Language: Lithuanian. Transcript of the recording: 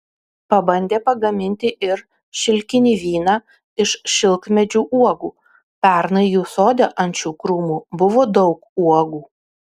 pabandė pagaminti ir šilkinį vyną iš šilkmedžių uogų pernai jų sode ant šių krūmų buvo daug uogų